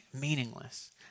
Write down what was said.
meaningless